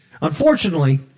Unfortunately